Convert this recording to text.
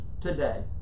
today